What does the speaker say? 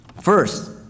First